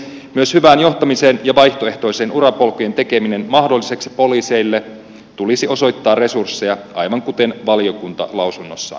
myös hyvään johtamiseen ja vaihtoehtoisten urapolkujen tekemiseen mahdolliseksi poliiseille tulisi osoittaa resursseja aivan kuten valiokunta lausunnossaan ehdottaa